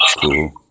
Cool